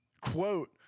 quote